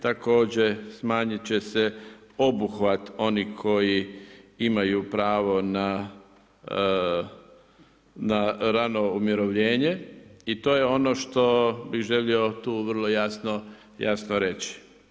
Također smanjiti će se obuhvat onih koji imaju pravo na rano umirovljene i to je ono što bi želio tu vrlo jasno reći.